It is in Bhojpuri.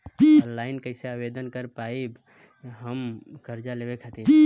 ऑनलाइन कइसे आवेदन कर पाएम हम कर्जा लेवे खातिर?